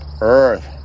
earth